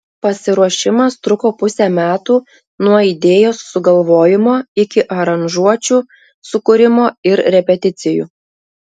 pasiruošimas truko pusę metų nuo idėjos sugalvojimo iki aranžuočių sukūrimo ir repeticijų